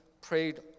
prayed